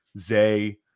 Zay